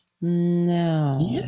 no